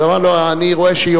אז הוא אמר לו: אני רואה שיורדים.